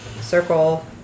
circle